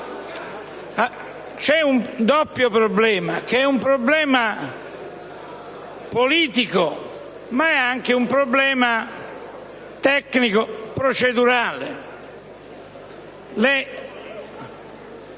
C'è un doppio problema: ce n'è uno politico, ma c'è anche un problema tecnico-procedurale.